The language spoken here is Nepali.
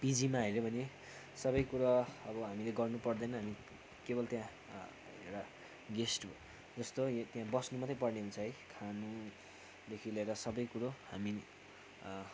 पिजीमा हेऱ्यो भने सबैकुरो अब हामीले गर्नु पर्दैन हामी केवल त्यहाँ एउटा गेस्ट हो जस्तो त्यहाँ बस्नु मात्रै पर्ने हुन्छ है खानुदेखि लिएर सबै कुरो हामी